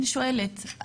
אז אני שואלת אותך,